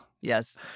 Yes